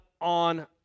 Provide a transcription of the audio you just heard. on